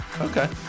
Okay